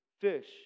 fish